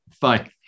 Bye